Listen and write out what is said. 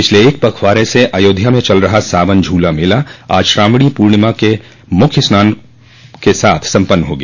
पिछले एक पखवारे से अयोध्या में चल रहा सावन झूला मेला आज श्रावणी पूर्णिमा के मुख्य स्नान के साथ सम्पन्न हो गया